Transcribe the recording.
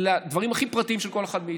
לדברים הכי פרטיים של כל אחד מאיתנו.